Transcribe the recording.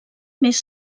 més